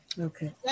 Okay